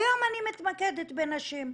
היום אני מתמקדת בנשים.